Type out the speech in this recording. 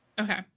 okay